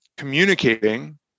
communicating